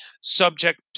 subject